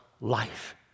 life